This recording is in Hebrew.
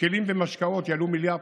וכלים ומשקאות יעלו 1.1 מיליארד,